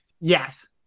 Yes